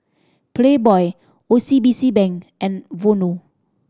Playboy O C B C Bank and Vono